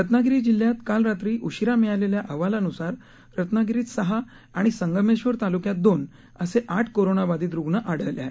रत्नागिरीच्या जिल्ह्यात काल रात्री उशिरा मिळालेल्या अहवालांनुसार रत्नागिरीत सहा आणि संगमेक्षर तालुक्यात दोन असे आठ करोनाबाधित आढळले आहेत